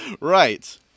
Right